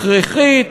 הכרחית.